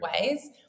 ways